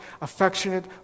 affectionate